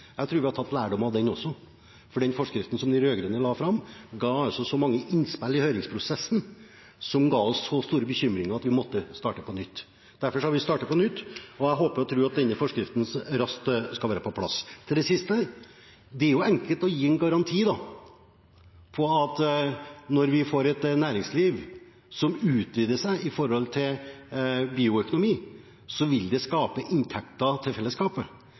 høringsprosessen som ga oss så store bekymringer, at vi måtte starte på nytt. Derfor har vi startet på nytt, og jeg håper og tror at denne forskriften raskt skal være på plass. Til det siste: Det er enkelt å gi en garanti om at når vi får et næringsliv som utvider seg med tanke på bioøkonomi, vil det skal skape inntekter til fellesskapet.